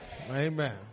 Amen